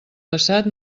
passat